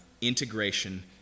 integration